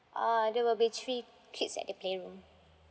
uh there will be three kids at the play room